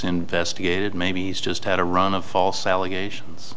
investigated maybe he's just had a run of false allegations